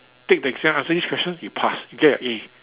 take the exam answer this question you pass you get an A